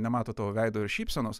nemato tavo veido ir šypsenos